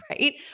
right